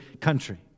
country